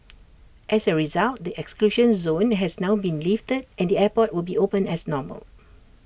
as A result the exclusion zone has now been lifted and the airport will be open as normal